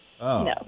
No